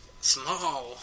small